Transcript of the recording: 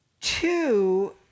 two